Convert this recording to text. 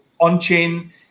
on-chain